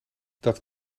dat